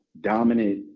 dominant